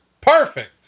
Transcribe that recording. Perfect